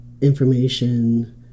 information